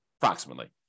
approximately